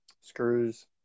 screws